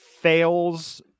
fails